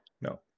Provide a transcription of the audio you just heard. No